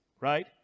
right